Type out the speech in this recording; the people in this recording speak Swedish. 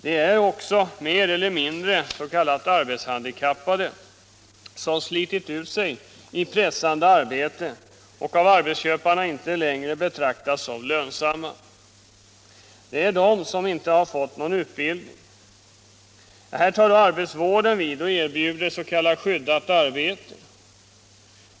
Det är också mer eller mindre s.k. arbetshandikappade, som slitit ut sig i pressande arbete och av arbetsköparna inte längre betraktas som lönsamma. Det är de som inte fått någon utbildning. Här tar arbetsvården vid och erbjuder s.k. skyddat arbete.